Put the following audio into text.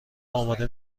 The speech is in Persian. اماده